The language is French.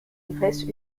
grèce